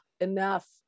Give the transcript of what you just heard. enough